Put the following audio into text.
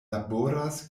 laboras